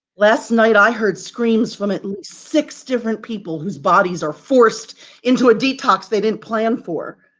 last night i heard screams from at least six different people whose bodies are forced into a detox they didn't plan for.